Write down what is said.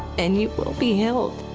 and you will be healed.